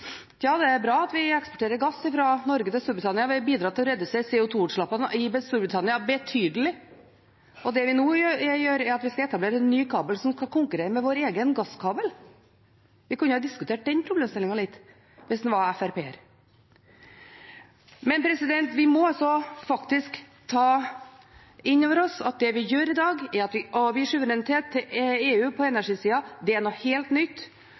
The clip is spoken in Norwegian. Ja, det er bra at vi eksporterer gass fra Norge til Storbritannia. Det bidrar til å redusere CO 2 -utslippene der betydelig. Det vi nå gjør, er at vi skal etablere en ny kabel, som skal konkurrere med vår egen gasskabel. Vi kunne diskutert den problemstillingen litt, hvis han var FrP-er. Men vi må faktisk ta inn over oss at det vi gjør i dag, er at vi avgir suverenitet til EU på energisida. Det er noe helt nytt.